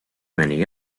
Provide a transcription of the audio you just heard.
many